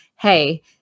hey